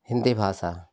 हिंदी भाषा